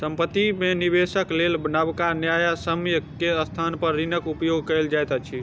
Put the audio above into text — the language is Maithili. संपत्ति में निवेशक लेल नबका न्यायसम्य के स्थान पर ऋणक उपयोग कयल जाइत अछि